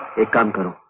come to